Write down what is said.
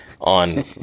on